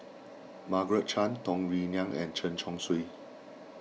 Margaret Chan Tung Yue Nang and Chen Chong Swee